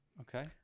Okay